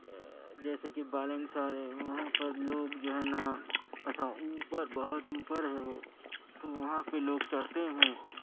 جی جیسے کہ بالنگسار ہے وہاں پر لوگ جو ہے نا ایسا اوپر بہت اوپر ہے وہ تو وہاں پہ لوگ چڑھتے ہیں